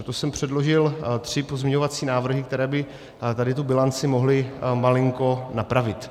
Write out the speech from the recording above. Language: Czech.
Proto jsem předložil tři pozměňovací návrhy, které by tady tu bilanci mohly malinko napravit.